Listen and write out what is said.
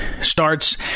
starts